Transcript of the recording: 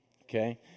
okay